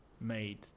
made